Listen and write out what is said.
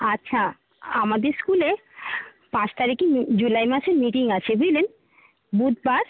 আচ্ছা আমাদের স্কুলে পাঁচ তারিখে জুলাই মাসের মিটিং আছে বুঝলেন বুধবার